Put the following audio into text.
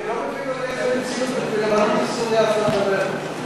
אני לא מבין על איזו מציאות בלבנון ובסוריה אתה מדבר.